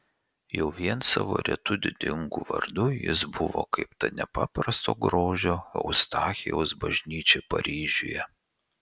jau vien savo retu didingu vardu jis buvo kaip ta nepaprasto grožio eustachijaus bažnyčia paryžiuje